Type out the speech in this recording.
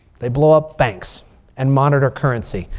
they blow up banks and monitor currency.